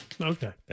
okay